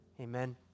Amen